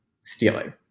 stealing